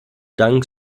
dank